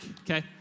okay